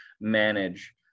manage